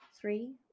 Three